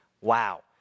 Wow